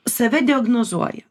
save diagnozuoja